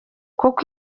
kuko